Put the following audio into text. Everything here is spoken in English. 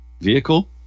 vehicle